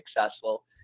successful